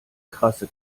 krasse